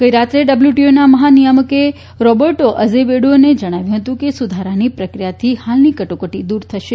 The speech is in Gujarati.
ગઇરાત્રે ડબ્લ્યુટીઓના મહાનિયામકે રોબર્ટો અઝેવેડોએ જણાવ્યું હતું કે સુધારાની પ્રક્રિયાથી હાલની કટોકટી દૂર થશે